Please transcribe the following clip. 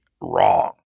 wrong